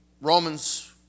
Romans